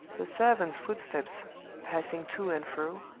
the servants' footsteps passing to and fro,